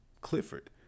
Clifford